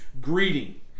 greeting